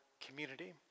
community